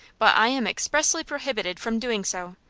but i am expressly prohibited from doing so.